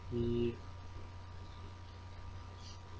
me